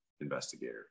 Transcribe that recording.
investigator